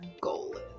goal